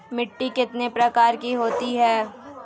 मिट्टी कितने प्रकार की होती हैं?